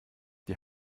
die